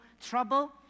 trouble